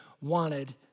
wanted